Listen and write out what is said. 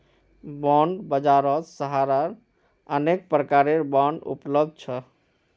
bond बाजारत सहारार अनेक प्रकारेर बांड उपलब्ध छ